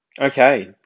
Okay